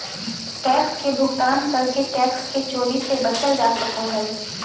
tax के भुगतान करके टैक्स के चोरी से बचल जा सको हय